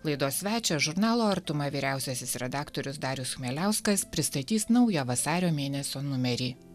laidos svečias žurnalo artuma vyriausiasis redaktorius darius chmieliauskas pristatys naują vasario mėnesio numerį